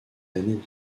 années